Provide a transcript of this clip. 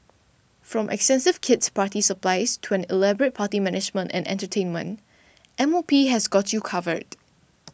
from kid's party supplies to an elaborate party management and entertainment M O P has got you covered